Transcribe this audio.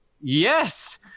Yes